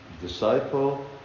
disciple